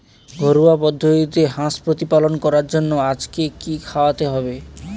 ঘরোয়া পদ্ধতিতে হাঁস প্রতিপালন করার জন্য আজকে কি খাওয়াতে হবে?